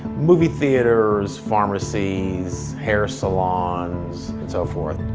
movie theaters, pharmacy's, hair salons, and so forth.